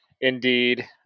indeed